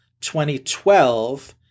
2012